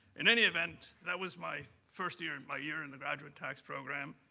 in any event, that was my first year, and my year in the graduate tax program.